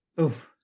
Oof